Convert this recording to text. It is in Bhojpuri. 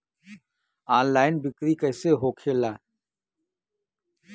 ऑनलाइन बिक्री कैसे होखेला?